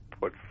put